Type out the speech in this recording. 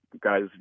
guys